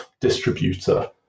distributor